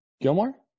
Gilmore